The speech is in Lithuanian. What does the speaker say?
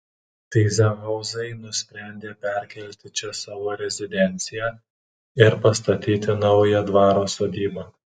tyzenhauzai nusprendė perkelti čia savo rezidenciją ir pastatyti naują dvaro sodybą